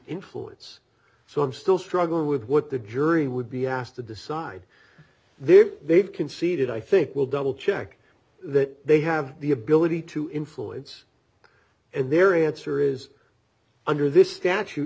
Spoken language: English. influence so i'm still struggling with what the jury would be asked to decide there they've conceded i think will double check that they have the ability to influence and their answer is under this statute